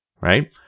Right